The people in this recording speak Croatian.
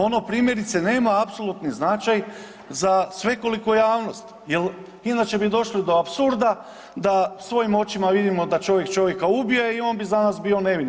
Ono primjerice nema apsolutni značaj za svekoliku javnost, jer inače bi došli do apsurda da svojim očima vidimo da čovjek čovjeka ubije i on bi za nas bio nevin.